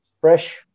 fresh